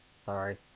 Sorry